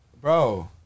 Bro